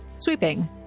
sweeping